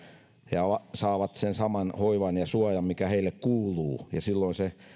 ja saavat saman hoivan ja suojan mikä heille kuuluu ja silloin se